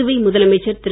புதுவை முதலமைச்சர் திரு